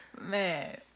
Man